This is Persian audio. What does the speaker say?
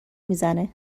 میزنه